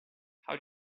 how